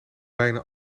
bijna